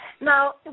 Now